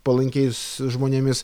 palankiais žmonėmis